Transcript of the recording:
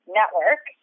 network